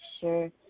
sure